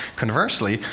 conversely,